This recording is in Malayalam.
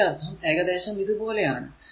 അതിന്റെ അർഥം ഏകദേശം ഇതുപോലെ ആണ്